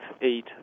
eight